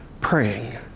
praying